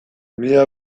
mila